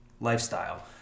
lifestyle